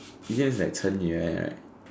is it is like 成语 like that right